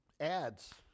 ads